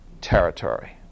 territory